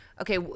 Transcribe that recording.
okay